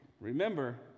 Remember